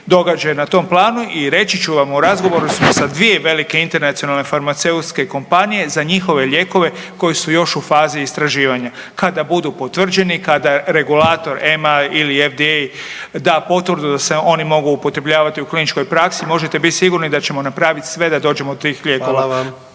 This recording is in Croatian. događaje na tom planu. I reći ću vam u razgovoru smo sa dvije velike internacionalne farmaceutske kompanije za njihove lijekove koji su još u fazi istraživanja, kada budu potvrđeni, kada regulatora EMA ili FDA da potvrdu da se oni mogu upotrebljavati u kliničkoj praksi, možete biti sigurni da ćemo napraviti sve da dođemo do tih lijekova.